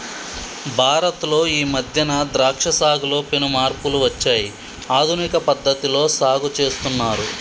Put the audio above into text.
భారత్ లో ఈ మధ్యన ద్రాక్ష సాగులో పెను మార్పులు వచ్చాయి ఆధునిక పద్ధతిలో సాగు చేస్తున్నారు